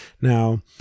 Now